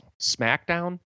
SmackDown